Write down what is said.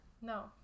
No